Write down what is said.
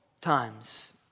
times